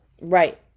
Right